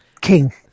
King